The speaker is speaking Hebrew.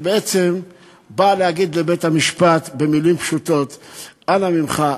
שבעצם באה להגיד לבית-המשפט במילים פשוטות: אנא ממך,